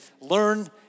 learn